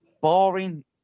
boring